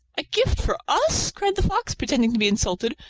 a gift for us? cried the fox, pretending to be insulted.